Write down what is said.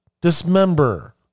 dismember